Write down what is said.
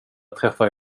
träffade